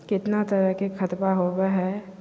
कितना तरह के खातवा होव हई?